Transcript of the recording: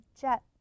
jet